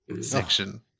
section